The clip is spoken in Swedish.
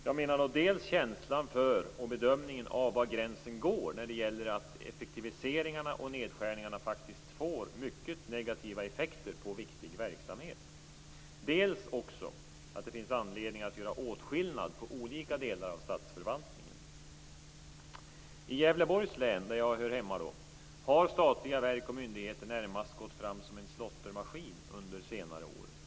Jag menar dels känslan för och bedömningen av var gränsen går så att inte effektiviseringarna får mycket negativa effekter på viktig verksamhet, dels att det finns anledning att göra åtskillnad på olika delar av statsförvaltningen. I Gävleborgs län, där jag hör hemma, har statliga verk och myndigheter närmast gått fram som en slåttermaskin under senare år.